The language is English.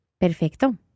Perfecto